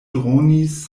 dronis